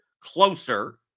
closer